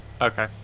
Okay